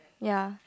ya